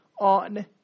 on